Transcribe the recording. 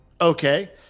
okay